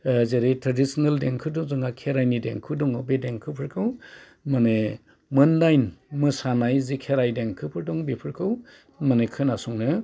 जेरै ट्रेडिसिनेल देंखोथ' जोंहा खेराइनि देंखो दङ बे देंखोफोरखौ माने मोन दाइन मोसानाय जि खेराइनि देंखोफोर दं बेफोरखौ माने खोनासंनो